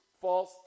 false